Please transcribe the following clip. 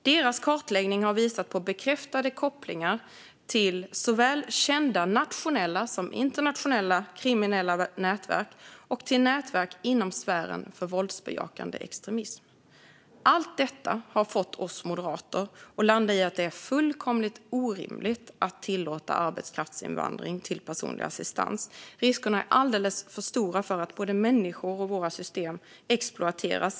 Deras kartläggning har visat på bekräftade kopplingar till såväl kända nationella som internationella kriminella nätverk och till nätverk inom sfären för våldsbejakande extremism. Allt detta har fått oss moderater att landa i att det är fullkomligt orimligt att tillåta arbetskraftsinvandring till personlig assistans. Riskerna är alldeles för stora för att människor och system ska exploateras.